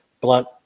blunt